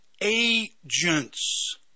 agents